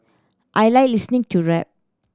I like listening to rap